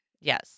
yes